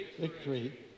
victory